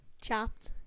Chopped